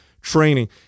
training